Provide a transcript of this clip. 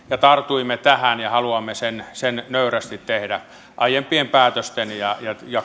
tartuimme tähän ja haluamme sen sen nöyrästi tehdä aiempien päätösten takia ja